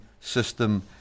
system